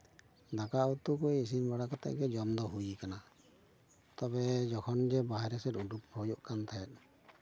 ᱫᱟᱠᱟ ᱩᱛᱩ ᱠᱚ ᱤᱥᱤᱱ ᱵᱟᱲᱟ ᱠᱟᱛᱮᱜ ᱜᱮ ᱡᱚᱢ ᱫᱚ ᱦᱩᱭ ᱠᱟᱱᱟ ᱛᱚᱵᱮ ᱡᱚᱠᱷᱚᱱ ᱡᱮ ᱵᱟᱦᱨᱮ ᱥᱮᱫ ᱩᱰᱩᱠ ᱦᱩᱭᱩᱜ ᱠᱟᱱ ᱛᱟᱦᱮᱸᱫ